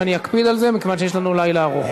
ואני אקפיד על זה מכיוון שיש לנו לילה ארוך.